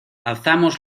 alzamos